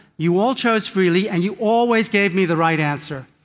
you all chose freely and you always gave me the right answer.